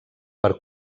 per